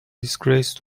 disgrace